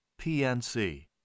PNC